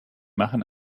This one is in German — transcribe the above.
machen